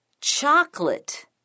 Chocolate